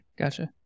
gotcha